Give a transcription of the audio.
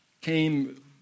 came